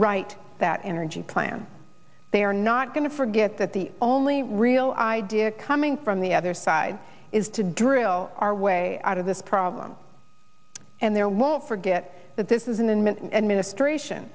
write that energy plan they are not going to forget that the only real idea coming from the other side is to drill our way out of this problem and there won't forget that this isn't in mint administration